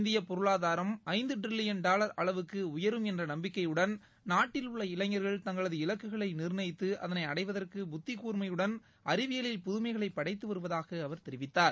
இந்திய பொருளாதாரம் ஐந்து ட்ரில்லியன் டாவர் அளவுக்கு உயரும் என்ற நம்பிக்கையுடன் நாட்டில் உள்ள இளைஞர்கள் தங்களது இலக்குகளை நிர்ணயித்து அதனை அடைவதற்கு புத்தி கூர்மையுடன் அறிவியலில் புதுமைகளைப் படைத்து வருவதாக அவர் தெரிவித்தார்